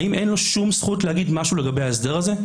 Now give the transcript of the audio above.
האם אין לו שום זכות להגיד משהו לגבי ההסדר הזה?